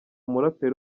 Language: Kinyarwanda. umuraperi